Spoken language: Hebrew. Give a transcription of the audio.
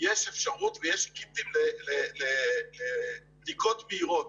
יש אפשרות ויש קיטים לבדיקות מהירות,